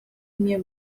nie